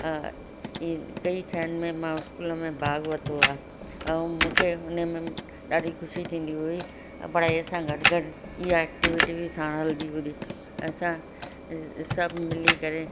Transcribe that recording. ई कई छहनि में मां स्कूल में भाॻु वरितो आहे ऐं मूंखे उन में ॾाढी ख़ुशी थींदी हुई पढ़ाईअ सां गॾु गॾु इहा एक्टिवीटी बि साणु हलंदी हुई असां सभु मिली करे